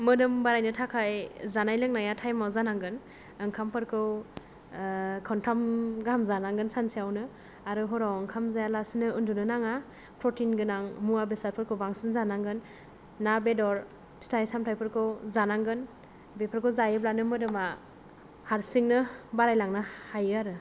मोदोम बारायनो थाखाय जानाय लोंनाया थाइमाव जानांगोन ओंखामफोरखौ खनथाम गाहाम जानांगोन सानसेयावनो आरो हराव ओंखाम जाया लासेनो उन्दुनो नाङा प्रटिन गोनां मुवा बेसादफोरखौ बांसिन जानांगोन ना बेदर फिथाय सामथायफोरखौ जानांगोन बेफोरखौ जायोब्लानो मोदोमा हारसिंनो बारायलांनो हायो आरो